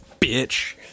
bitch